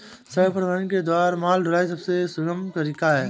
सड़क परिवहन के द्वारा माल ढुलाई सबसे सुगम तरीका है